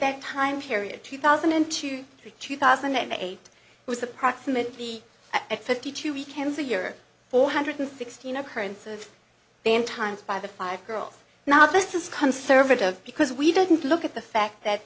that time period two thousand and two two thousand and eight was approximately at fifty two weekends a year four hundred sixteen occurrences then times by the five girls now this is conservative because we didn't look at the fact that